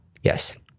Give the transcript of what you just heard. Yes